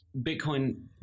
Bitcoin